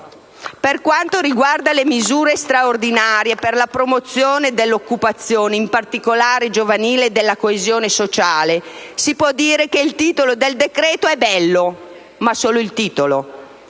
Per quanto riguarda le «misure straordinarie per la promozione dell'occupazione, in particolare giovanile, della coesione sociale», si può dire che il titolo del decreto è bello, ma solo il titolo.